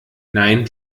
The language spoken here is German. nein